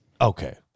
Okay